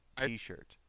t-shirt